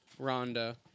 Rhonda